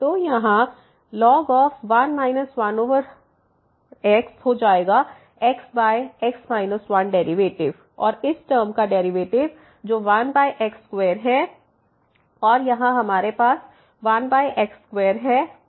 तो यहाँ ln 1 1x हो जाएगा x x 1 डेरिवेटिव और इस टर्म का डेरिवेटिव जो 1x2है और यहाँ हमारे पास 1x2 है माइनस चिह्न के साथ